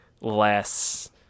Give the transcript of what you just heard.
less